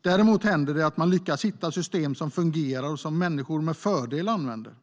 Däremot händer det att man lyckas hitta system som fungerar och som människor med fördel använder.